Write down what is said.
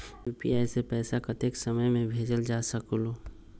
UPI से पैसा कतेक समय मे भेजल जा स्कूल?